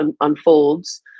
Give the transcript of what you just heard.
unfolds